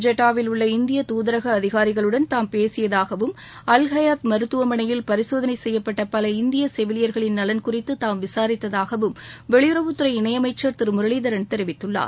ஜெட்டாவில் உள்ள இந்திய தூதரக அதிகாரிகளுடன் தாம் பேசியதாகவும் அல் ஹயத் மருத்துவமனையில் பரிசோதனை செய்யப்பட்ட பல இந்திய செவிலியர்களின் நலன் குறித்து தாம் விசாரித்ததாகவும் வெளியுறவுத்துறை இணையமைச்சர் திரு முரளிதரன் தெரிவித்துள்ளார்